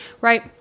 Right